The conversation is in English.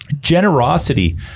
generosity